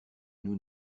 nous